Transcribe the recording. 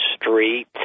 Street